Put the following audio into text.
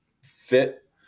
fit